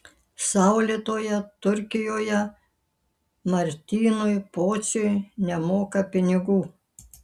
saulėtoje turkijoje martynui pociui nemoka pinigų